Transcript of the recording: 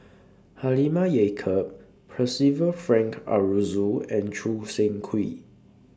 Halimah Yacob Percival Frank Aroozoo and Choo Seng Quee